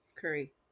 curry